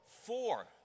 Four